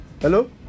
Hello